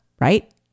right